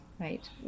right